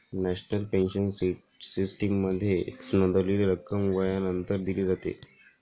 national pension सिस्टीममध्ये नोंदवलेली रक्कम वयानंतर दिली जाते